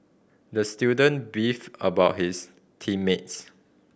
the student beefed about his team mates